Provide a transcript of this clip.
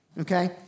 Okay